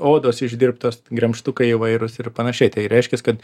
odos išdirbtos gremžtukai įvairūs ir panašiai tai reiškias kad